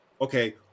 Okay